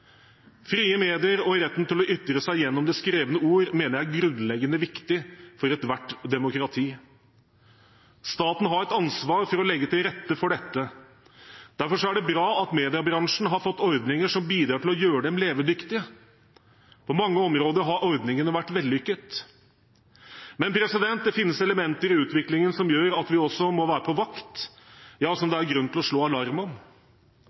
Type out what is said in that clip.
Frie medier og retten til å ytre seg gjennom det skrevne ord mener jeg er grunnleggende viktig for ethvert demokrati. Staten har et ansvar for å legge til rette for dette. Derfor er det bra at mediebransjen har fått ordninger som bidrar til å gjøre dem levedyktige. På mange områder har ordningene vært vellykket, men det finnes elementer i utviklingen som gjør at vi også må være på vakt, ja som det er grunn til å slå alarm om.